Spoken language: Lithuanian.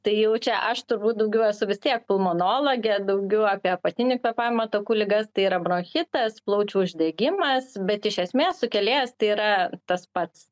tai jau čia aš turbūt daugiau esu vis tiek pulmonologė daugiau apie apatinių kvėpavimo takų ligas tai yra bronchitas plaučių uždegimas bet iš esmės sukėlėjas tai yra tas pats